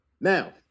Now